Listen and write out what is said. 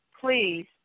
Please